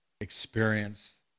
experience